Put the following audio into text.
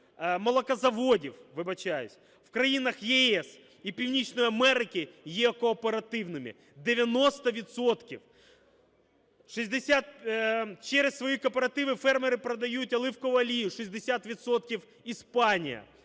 молокозаводів, вибачаюсь, в країнах ЄС і Північної Америки є кооперативними, 90 відсотків. Через свої кооперативи фермери продають оливкову олію: 60 відсотків